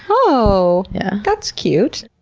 oh! yeah that's cute.